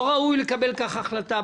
לא ראוי לקבל כך החלטה,